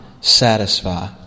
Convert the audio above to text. satisfy